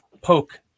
poke